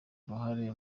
uruhare